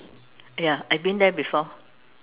ya I've been there before